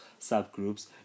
subgroups